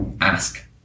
ask